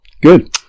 good